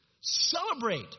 celebrate